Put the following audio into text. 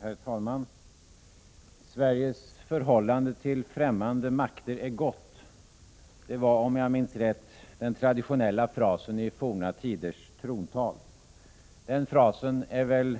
Herr talman! Sveriges förhållande till ffämmande makter är gott. Det var, om jag minns rätt, den traditionella frasen i forna tiders trontal. Den frasen är väl